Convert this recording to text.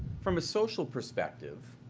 from a social perspective,